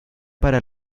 para